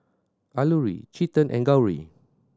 Alluri Chetan and Gauri